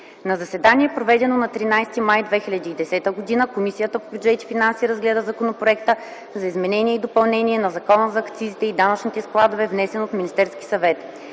„На заседание, проведено на 13 май 2010 г., Комисията по бюджет и финанси разгледа Законопроекта за изменение и допълнение на Закона за акцизите и данъчните складове, внесен от Министерския съвет.